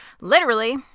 Literally-